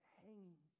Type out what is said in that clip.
hanging